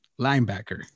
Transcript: linebacker